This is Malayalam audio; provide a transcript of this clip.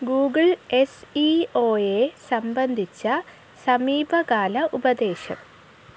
ഗൂഗിൾ എസ് ഇ ഒ യെ സംബന്ധിച്ച സമീപകാല ഉപദേശം